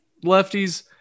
lefties